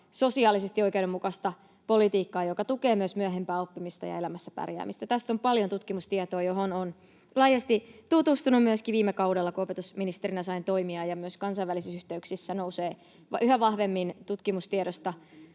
sosiaalisesti oikeudenmukaista politiikkaa, joka tukee myös myöhempää oppimista ja elämässä pärjäämistä. Tästä on paljon tutkimustietoa, johon olen laajasti tutustunut myöskin viime kaudella, kun opetusministerinä sain toimia, ja myös kansainvälisissä yhteyksissä nousee yhä vahvemmin tutkimustiedosta